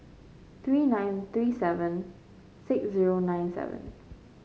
three nine three seven six zero nine seven